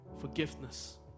forgiveness